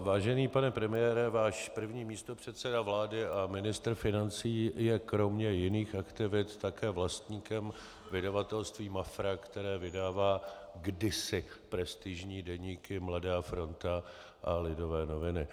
Vážený pane premiére, váš první místopředseda vlády a ministr financí je kromě jiných aktivit také vlastníkem vydavatelství Mafra, které vydává kdysi prestižní deníky Mladá fronta a Lidové noviny.